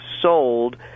sold